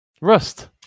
Rust